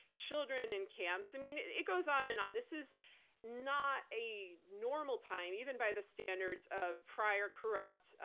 children in camps. i mean, it goes on and on. this is not a normal time, even by the standards of prior corrupt,